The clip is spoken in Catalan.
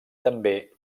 també